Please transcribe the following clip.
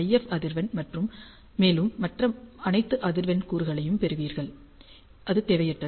F அதிர்வெண் மேலும் மற்ற அனைத்து அதிர்வெண் கூறுகளையும் பெறுவீர்கள் அது தேவையற்றது